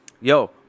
Yo